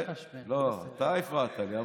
אתה הפרעת לי.